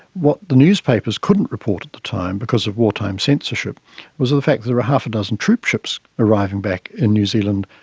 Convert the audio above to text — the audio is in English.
what the newspapers couldn't report at the time because of wartime censorship was the the fact that there were half a dozen troop ships arriving back in new zealand,